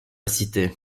cité